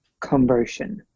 conversion